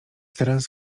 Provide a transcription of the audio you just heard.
teraz